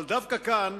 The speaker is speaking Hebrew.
אבל דווקא כאן,